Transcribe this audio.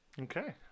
Okay